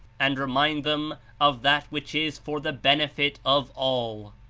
and remind them of that which is for the benefit of all.